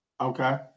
Okay